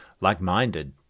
like-minded